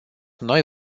noi